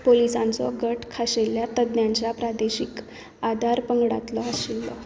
पुलीसांचो गट खाशेल्या तज्ञांच्या प्रादेशीक आदार पंगडांतलो आशिल्लो